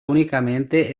únicamente